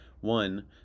one